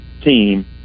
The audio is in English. team